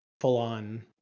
full-on